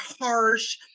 harsh